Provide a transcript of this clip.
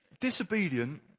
disobedient